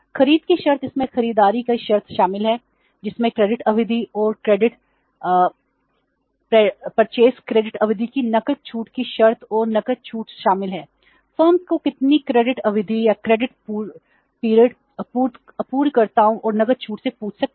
खरीद की शर्तें इसमें खरीदारी की शर्तें शामिल हैं जिसमें क्रेडिट अवधि और खरीद क्रेडिट आपूर्तिकर्ता और नकद छूट से पूछ सकती है